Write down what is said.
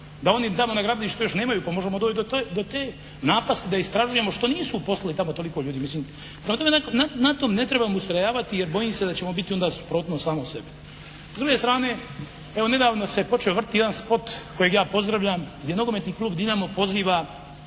da oni tamo na gradilištu još nemaju, pa možemo doći do te napasti da istražujemo što nisu uposlili tamo toliko ljudi, mislim. Prema tome, na tom ne trebamo ustrajavati jer bojim se da ćemo biti onda suprotnost samo sebi. S druge strane, evo nedavno se počeo vrtjeti jedan spot kojeg ja pozdravljam gdje nogometni klub "Dinamo" poziva